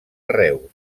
reus